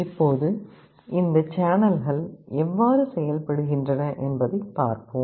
இப்போது இந்த சேனல்கள் எவ்வாறு செயல்படுகின்றன என்பதைப் பார்ப்போம்